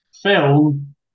film